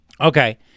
Okay